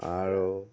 আৰু